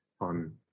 on